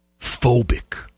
phobic